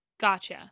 Gotcha